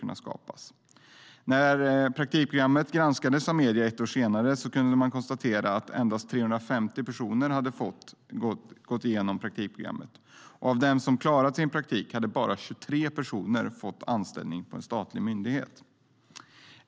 När praktikprogrammet granskades av medierna ett år senare konstaterades att endast 350 personer hade genomgått det. Av dem som klarat sin praktik hade bara 23 personer fått anställning på en statlig myndighet.